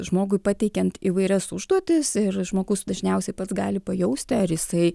žmogui pateikiant įvairias užduotis ir žmogus dažniausiai pats gali pajausti ar jisai